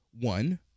one